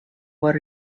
what